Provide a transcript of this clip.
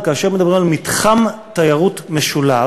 אבל כאשר מדברים על מתחם תיירות משולב,